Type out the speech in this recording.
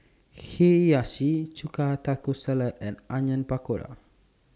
Hiyashi Chuka Taco Salad and Onion Pakora